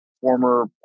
former